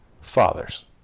fathers